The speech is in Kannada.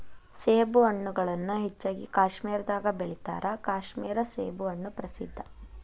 ಸೇಬುಹಣ್ಣುಗಳನ್ನಾ ಹೆಚ್ಚಾಗಿ ಕಾಶ್ಮೇರದಾಗ ಬೆಳಿತಾರ ಕಾಶ್ಮೇರ ಸೇಬುಹಣ್ಣು ಪ್ರಸಿದ್ಧ